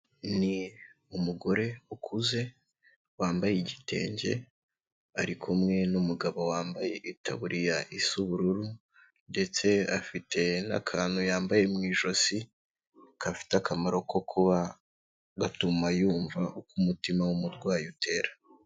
Ni umugore ukuze wambaye igitenge, ari kumwe n'umugabo wambaye itaburiya isa ubururu ndetse afite n'akantu yambaye mu ijosi gafite akamaro ko kuba gatuma yumva uko umutima w'umurwayi utera.